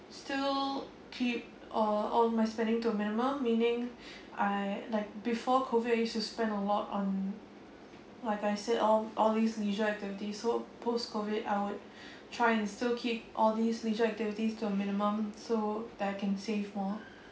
still keep uh all my spending to minimum meaning I like before COVID I used to spend a lot on like I said all all these leisure activities so post COVID I would try and still keep all these leisure activities to a minimum so that I can save more